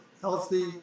healthy